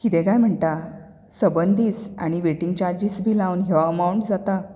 कितें कांय म्हणटा सबंद दीस आनी वेटींग चार्जीस बी लावन हो अमाउन्ट जाता